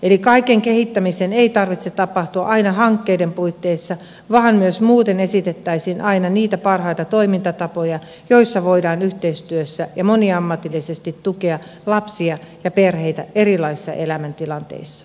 eli kaiken kehittämisen ei tarvitse tapahtua aina hankkeiden puitteissa vaan myös muuten esitettäisiin aina niitä parhaita toimintatapoja joissa voidaan yhteistyössä ja moniammatillisesti tukea lapsia ja perheitä erilaisissa elämäntilanteissa